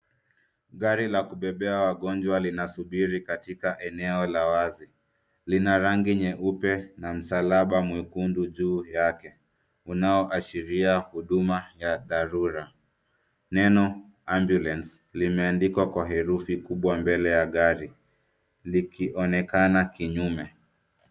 Gari la kubebea wagonjwa linasubiri katika eneo la wazi lina rangi nyeupe na msalaba mwekundu juu yake, unaoashiria huduma ya dharura, neno ambulance limeandikwa kwa herufi kubwa mbele ya gari likionekana kinyume.